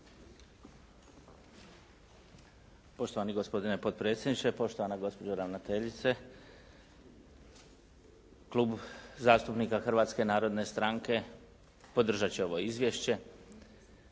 Poštovani gospodine potpredsjedniče, poštovana gospođo ravnateljice. Klub zastupnika Hrvatske narodne stranke podržati će ovo izvješće,